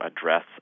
address